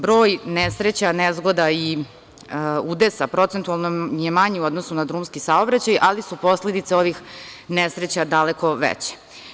Broj nesreća, nezgoda i udesa procentualno je manji u odnosu na drumski saobraćaj, ali su posledice ovih nesreća daleko veće.